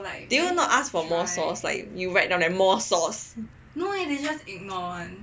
did you not ask for more sauce like you write down like more sauce